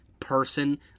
person